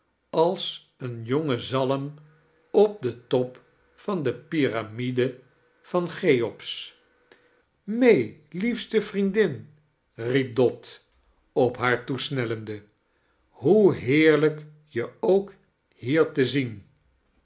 als een jonge zalm op den top van de pyramide van cheops may ldefste vriendin riep dot op haar toesnellende hoe heexlijk je ook hier te zien